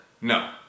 No